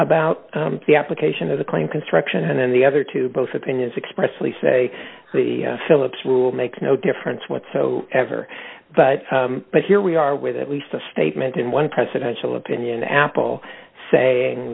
about the application of the claim construction and then the other two both opinions expressed say the philips rule makes no difference what so ever but but here we are with at least a statement in one presidential opinion apple saying